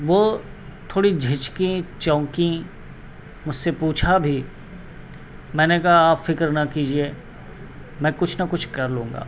وہ تھوڑی جھجکیں چوکیں مجھ سے پوچھا بھی میں نے کہا آپ فکر نہ کیجیے میں کچھ نہ کچھ کر لوں گا